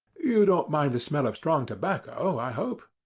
you don't mind the smell of strong tobacco, i hope?